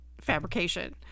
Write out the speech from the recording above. fabrication